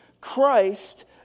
Christ